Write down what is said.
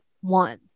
one